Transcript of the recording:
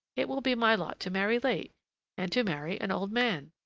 it will be my lot to marry late and to marry an old man.